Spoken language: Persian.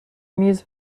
میز